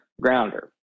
grounder